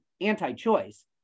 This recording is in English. anti-choice